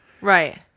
Right